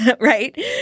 right